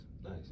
nice